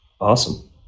awesome